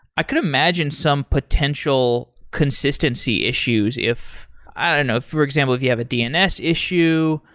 i could imagine some potential consistency issues if i don't know, for example, if you have a dns issue,